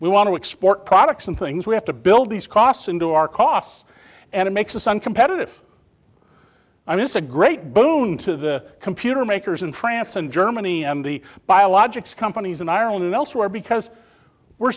we want to export products and things we have to build these costs into our costs and it makes the sun competitive i mean it's a great boon to the computer makers in france and germany and the biologics companies in ireland and elsewhere because we're